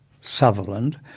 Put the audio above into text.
sutherland